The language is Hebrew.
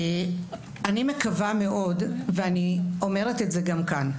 אני מקווה מאוד, ואני אומרת את זה גם כאן.